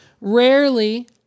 rarely